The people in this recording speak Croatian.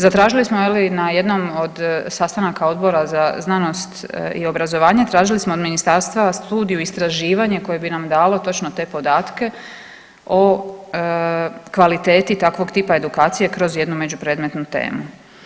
Zatražili smo na jednom od sastanaka Odbora za znanost i obrazovanje tražili smo od Ministarstva studiju istraživanja koje bi nam dalo točno te podatke o kvaliteti takvog tipa edukacije kroz jednu međupredmetnu temu.